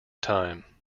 time